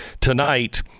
tonight